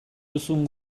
duzun